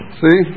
see